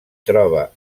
troba